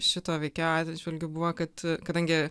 šito veikėjo atžvilgiu buvo kad kadangi